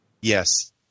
Yes